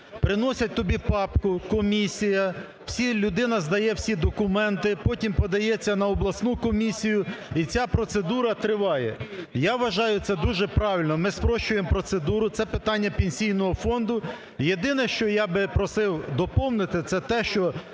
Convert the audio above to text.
Приносять тобі папку, комісія, всі… людина здає всі документи, потім подається на обласну комісію, і ця процедура триває. Я вважаю, це дуже правильно: ми спрощуємо процедуру, це – питання Пенсійного фонду. Єдине, що я би просив доповнити, це те, що